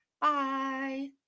bye